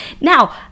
Now